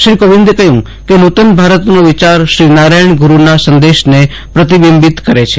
શ્રી કોવિન્દે કહ્યું કે નૂતન ભારતનો વિચાર શ્રી નારાયણ ગુરુના સંદેશને પ્રતિબિબિંત કરે છે